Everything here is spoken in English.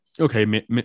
Okay